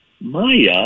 Maya